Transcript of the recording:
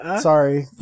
sorry